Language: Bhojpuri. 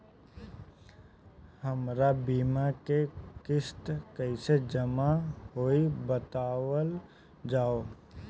हमर बीमा के किस्त कइसे जमा होई बतावल जाओ?